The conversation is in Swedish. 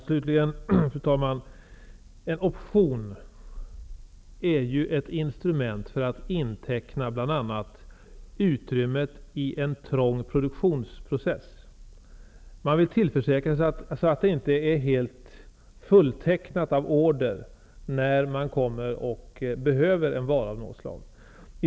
Fru talman! En option är ett instrument för att inteckna t.ex. utrymmet i en trång produktionsprocess. Man vill försäkra sig om att det inte är helt fulltecknat med order, när man väl behöver en vara av något slag.